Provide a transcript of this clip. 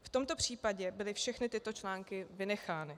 V tomto případě byly všechny tyto články vynechány.